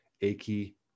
achy